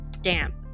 damp